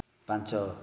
ପାଞ୍ଚ